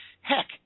heck